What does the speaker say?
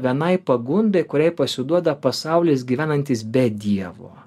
vienai pagundai kuriai pasiduoda pasaulis gyvenantis be dievo